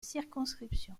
circonscription